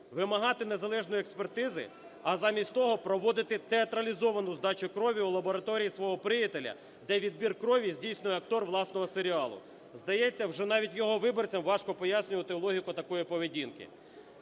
Вимагати незалежної експертизи, а замість того проводити театралізовану здачу крові у лабораторії свого приятеля, де відбір крові здійснює актор власного серіалу. Здається, вже навіть його виборцям важко пояснювати логіку такої поведінки.